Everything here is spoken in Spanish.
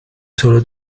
solo